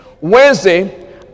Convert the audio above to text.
Wednesday